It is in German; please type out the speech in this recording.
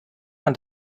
man